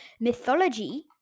Mythology